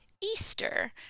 Easter